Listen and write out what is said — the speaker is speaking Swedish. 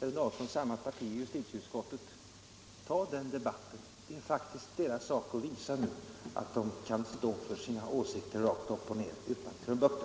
eller någon från samma parti i justitieutskottet får väl ta den debatten. Det är faktiskt deras sak nu att visa att de kan stå för sina åsikter rakt upp och ner utan krumbukter!